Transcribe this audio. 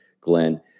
glenn